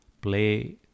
play